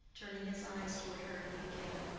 turning his eyes toward her, he began,